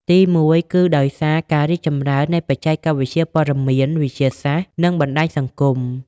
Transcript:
ទីមួយគឺដោយសារការរីកចម្រើននៃបច្ចេកវិទ្យាព័ត៌មានវិទ្យានិងបណ្តាញសង្គម។